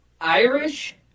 Irish